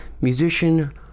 musician